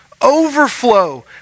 overflow